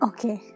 Okay